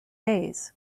fays